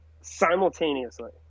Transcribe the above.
simultaneously